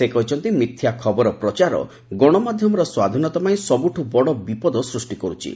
ସେ କହିଛନ୍ତି ମିଥ୍ୟା ଖବର ପ୍ରଚାର ଗଣମାଧ୍ୟମର ସ୍ୱାଧୀନତା ପାଇଁ ସବୁଠୁ ବଡ଼ ବିପଦ ସୃଷ୍ଟି କର୍ତ୍ଥି